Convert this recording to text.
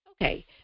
Okay